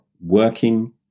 working